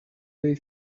they